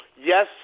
Yes